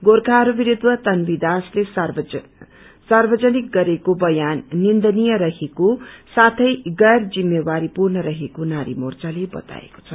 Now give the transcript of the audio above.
गोर्खाहरू विरूद्ध तन्वी दासले सार्वजनिक गरेको बयान निन्दनीय रहेको साथे गरैर जिम्मेदारी पूर्ण रहेको नारी मोर्चाले बताएको छ